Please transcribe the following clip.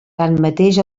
tanmateix